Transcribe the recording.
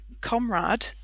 comrade